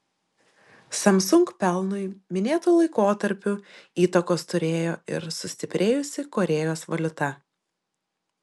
samsung pelnui minėtu laikotarpiu įtakos turėjo ir sustiprėjusi korėjos valiuta